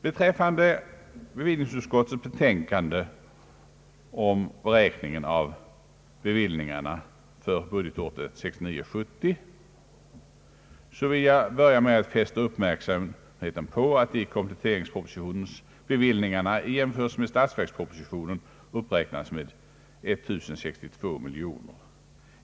Beträffande bevillningsutskottets betänkande om beräkningen av bevillningarna för budgetåret 1969/70 vill jag börja med att fästa uppmärksamheten på att bevillningarna i kompletteringspropositionerna i jämförelse med statsverkspropositionen uppräknats med 1062 miljoner.